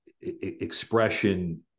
expression